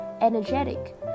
Energetic